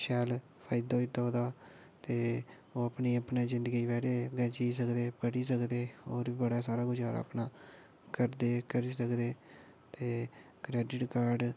शैल फायदा होई दा ओह्दा ते ओह् अपनी अपने जिंदगी बारे जीऽ सकदे पढ़ी सकदे होर बी बड़ा सारा गुजारा अपना करदे करी सकदे ते क्रेडिट कार्ड